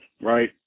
right